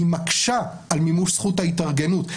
היא מקשה על מימוש זכות ההתארגנות.